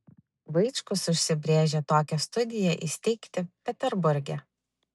vaičkus užsibrėžė tokią studiją įsteigti peterburge